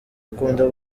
akunda